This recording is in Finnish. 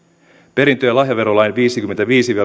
perintö ja lahjaverolain pykälien viisikymmentäviisi